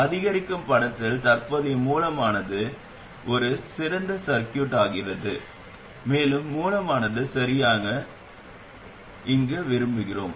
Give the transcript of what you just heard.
அதிகரிக்கும் படத்தில் தற்போதைய மூலமானது ஒரு திறந்த சர்கியூட் ஆகிறது மேலும் மூலமானது சரியாக மிதக்கிறது அதுதான் நாம் இங்கு விரும்புகிறோம்